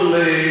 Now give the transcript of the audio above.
עכשיו מדובר על,